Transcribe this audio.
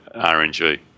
RNG